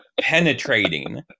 penetrating